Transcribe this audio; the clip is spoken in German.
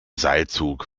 seilzug